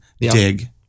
Dig